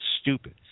stupid